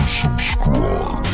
subscribe